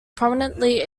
prominently